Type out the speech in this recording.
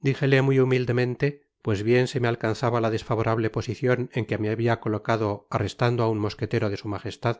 dijelemuy humildemente pues bien se me alcanzaba la desfavorable posicion en que me habia colocado arrestando á un mosquetero de su majestad